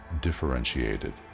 differentiated